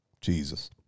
Jesus